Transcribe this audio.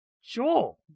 Sure